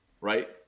Right